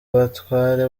abatware